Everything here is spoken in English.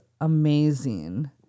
amazing